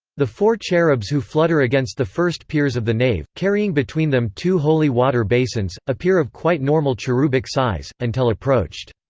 the four cherubs who flutter against the first piers of the nave, carrying between them two holy water basins, appear of quite normal cherubic size, until approached.